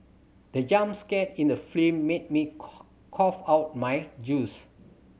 the jump scare in the film made me cough out my juice